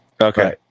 Okay